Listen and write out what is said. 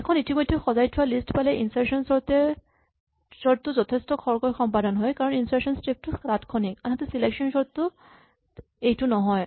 এখন ইতিমধ্যে সজাই থোৱা লিষ্ট পালে ইনচাৰ্চন চৰ্ট টো যথেষ্ট খৰকৈ সম্পাদন হয় কাৰণ ইনচাৰ্চন স্টেপটো তাৎক্ষণিক আনহাতে চিলেকচন চৰ্ট ত এইটো নহয়